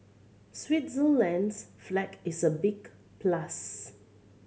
Switzerland's flag is a big plus